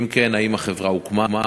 2. אם כן, האם החברה הוקמה?